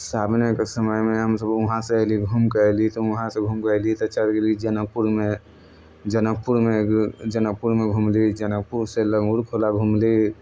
सावनके समयमे हमसभ वहाँसँ अयली घूमके अयली तऽ वहाँसँ घूमिके अयली तऽ चलि गयली जनकपुरमे जनकपुरमे एक जनकपुरमे घुमली जनकपुरसँ लंगूर खोला घुमली